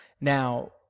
Now